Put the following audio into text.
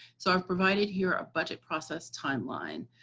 so i've provided here a budget process timeline,